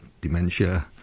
dementia